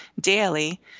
daily